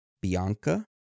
Bianca